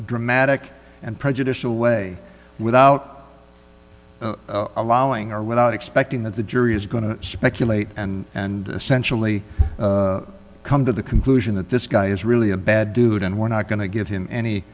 dramatic and prejudicial way without allowing or without expecting that the jury is going to speculate and essentially come to the conclusion that this guy is really a bad dude and we're not going to give him any